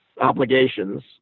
obligations